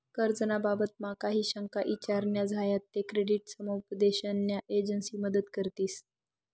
कर्ज ना बाबतमा काही शंका ईचार न्या झायात ते क्रेडिट समुपदेशन न्या एजंसी मदत करतीस